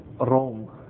rome